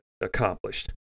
accomplished